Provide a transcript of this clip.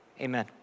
Amen